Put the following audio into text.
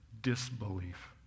disbelief